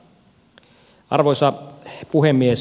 arvoisa puhemies